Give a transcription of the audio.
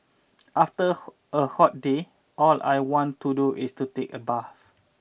after a hot day all I want to do is to take a bath